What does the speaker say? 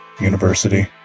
university